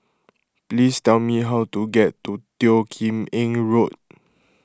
please tell me how to get to Teo Kim Eng Road